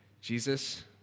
Jesus